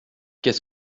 qu’est